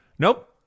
Nope